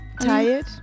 Tired